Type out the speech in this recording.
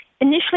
Initially